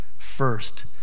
First